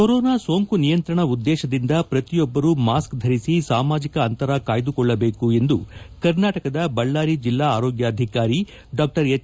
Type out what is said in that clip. corona ಸೋಂಕು ನಿಯಂತ್ರಣ ಉದ್ದೇಶದಿಂದ ಪ್ರತಿಯೊಬ್ಬರೂ ಮಾಸ್ಕ್ ಧರಿಸಿ ಸಾಮಾಜಿಕ ಅಂತರ ಕಾಯ್ದುಕೊಳ್ಳಬೇಕು ಎಂದು ಕರ್ನಾಟಕದ ಬಳ್ಳಾರಿ ಜಿಲ್ಲಾ ಆರೋಗ್ಯಾಧಿಕಾರಿ ಡಾಕ್ಟರ್ ಎಚ್